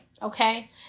Okay